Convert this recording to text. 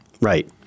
Right